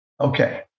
Okay